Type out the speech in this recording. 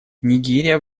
нигерия